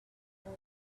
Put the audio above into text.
boy